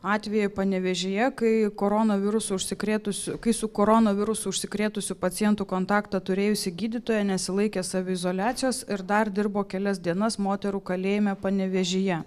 atvejį panevėžyje kai koronavirusu užsikrėtus kai su koronavirusu užsikrėtusiu pacientu kontaktą turėjusi gydytoja nesilaikė saviizoliacijos ir dar dirbo kelias dienas moterų kalėjime panevėžyje